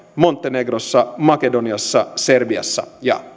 montenegrossa makedoniassa serbiassa ja turkissa viisi